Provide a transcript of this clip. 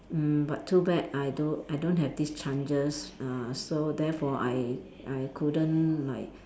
mm but too bad I don't I don't have this chances uh so therefore I I couldn't like